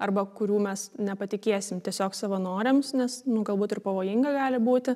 arba kurių mes nepatikėsim tiesiog savanoriams nes nu galbūt ir pavojinga gali būti